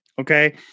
okay